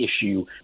issue